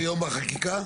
היום בחקיקה?